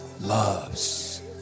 loves